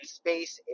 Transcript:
space